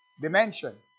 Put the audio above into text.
dimension